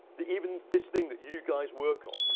that even this thing that you guys work on,